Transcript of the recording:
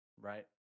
right